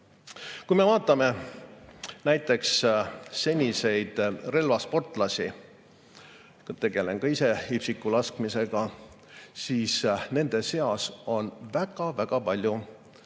Kui me vaatame näiteks relvasportlasi – tegelen ka ise IPSC-u laskmisega –, siis nende seas on väga-väga palju